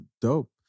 Dope